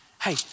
hey